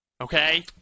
Okay